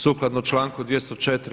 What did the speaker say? Sukladno članku 204.